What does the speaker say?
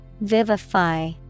Vivify